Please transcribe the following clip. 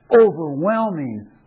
overwhelming